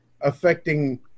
affecting